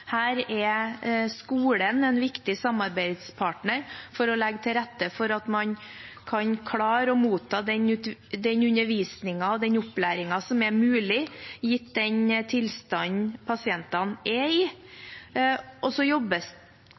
Her er skolen en viktig samarbeidspartner for å legge til rette for at man kan klare å motta den undervisningen og opplæringen som er mulig, gitt den tilstanden pasientene er i. Det jobbes